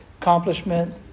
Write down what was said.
Accomplishment